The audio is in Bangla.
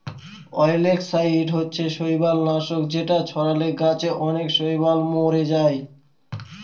অয়েলগেসাইড হচ্ছে শৈবাল নাশক যেটা ছড়ালে গাছে অনেক শৈবাল মোরে যায়